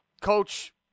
coach